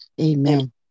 Amen